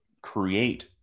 create